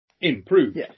improved